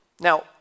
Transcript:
Now